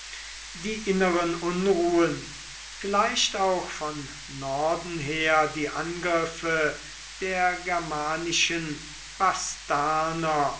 die inneren unruhen vielleicht auch von norden her die angriffe der germanischen